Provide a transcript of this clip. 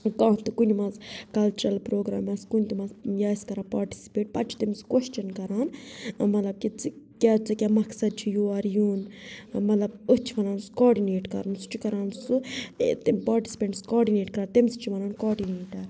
کانٛہہ تہِ کُنہِ منٛز کَلچرَل پرٛوگرام آسہِ کُنہِ تہِ منٛز یہِ آسہِ کَران پاٹِسِپیٹ پَتہٕ چھِ تٔمِس کوسچَن کَران مطلَب کہِ ژٕٚ کیٛاہ ژےٚ کیٛاہ مقصَد چھُے یور یُن مطلَب أسۍ چھِ وَنان سُہ کاڈنیٹ کَرُن سُہ چھُ کَران سُہ تٔمۍ پاٹِسپیٚنٛٹس کاڈِنیٹ کَران تٔمِس چھِ وَنان کاڈِنیٹَر